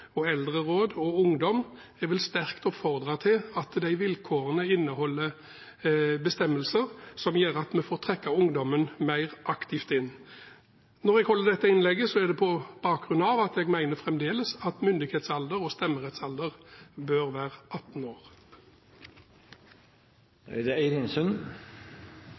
eldreråd og ungdomsråd. Jeg vil sterkt oppfordre til at vilkårene inneholder bestemmelser som gjør at vi trekker ungdommen mer aktivt inn. Når jeg holder dette innlegget, er det med bakgrunn i at jeg mener at myndighetsalderen og stemmerettsalderen fremdeles bør være 18 år.